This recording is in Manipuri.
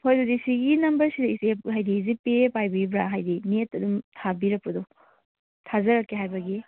ꯍꯣꯏ ꯑꯗꯨꯗꯤ ꯁꯤꯒꯤ ꯅꯝꯕꯔꯁꯤꯗ ꯏꯆꯦ ꯍꯥꯏꯗꯤ ꯖꯤꯄꯦ ꯄꯥꯏꯕꯤꯕ꯭ꯔꯥ ꯍꯥꯏꯗꯤ ꯅꯦꯠꯇ ꯑꯗꯨꯝ ꯊꯥꯕꯤꯔꯛꯄꯗꯣ ꯊꯥꯖꯔꯛꯀꯦ ꯍꯥꯏꯕꯒꯤ